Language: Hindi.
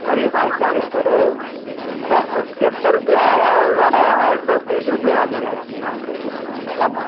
अरे भाई चाँदी तो सात सौ छिहत्तर रुपया है और आठ सौ तीस रुपया भी है अब